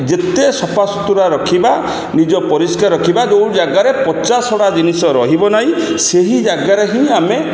ଯେତେ ସଫାସୁତୁରା ରଖିବା ନିଜ ପରିଷ୍କାର ରଖିବା ଯେଉଁ ଜାଗାରେ ପଚାସଢ଼ା ଜିନିଷ ରହିବ ନାହିଁ ସେହି ଜାଗାରେ ହିଁ ଆମେ